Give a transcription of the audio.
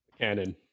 canon